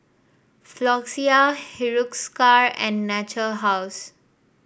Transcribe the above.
Floxia Hiruscar and Natura House